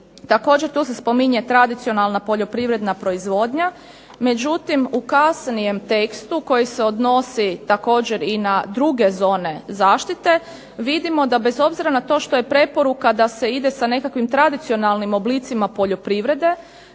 Također tu se spominje tradicionalna poljoprivredna proizvodnja. Međutim, u kasnijem tekstu koji se odnosi također na druge zone zaštite, vidimo bez obzira na to što je preporuka da se ide sa nekakvim tradicionalnim oblicima poljoprivrede